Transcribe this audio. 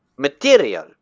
Material